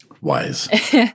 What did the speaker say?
Wise